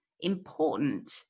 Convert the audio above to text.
important